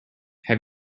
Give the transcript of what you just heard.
have